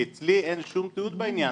כי אצלי אין שום תיעוד בעניין.